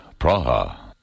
Praha